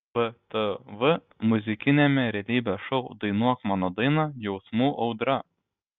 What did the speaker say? btv muzikiniame realybės šou dainuok mano dainą jausmų audra